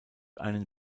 einen